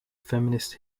feminist